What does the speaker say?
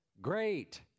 great